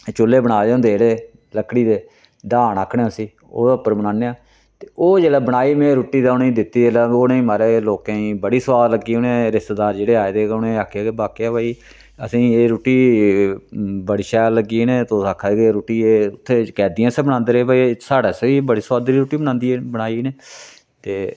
चुल्ले बनाए दे होंदे जेह्डे लक्कडी दे डाह्न आक्खने आं उसी ओह्दे उप्पर बनाने आं ते ओह् जेल्लै बनाई में रुट्टी ते उनेंगी दित्ती में रुट्टी ते उनें महाराज लोकें गी बड़ी सोआद लग्गी उनें रिश्तेदार जेह्ड़े आए दे हे उनें आखेआ के बाकेआ भई असेंई एह् रुटटी बड़ी शैल लग्गी इनें तुस आक्खा दे रुट्टी एह् के रुट्टी उत्थै कैदियें आस्तै बनांदे रेह् भई साढ़ै आस्तै बी बड़ी सोआदली रुट्टी बनांदे बनाई इनें ते